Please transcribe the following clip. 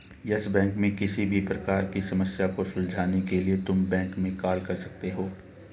yes Bank में किसी भी प्रकार की समस्या को सुलझाने के लिए तुम बैंक में कॉल कर सकते हो